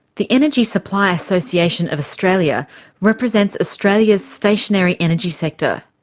the energy supply association of australia represents australia's stationary energy sector.